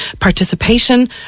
Participation